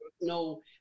No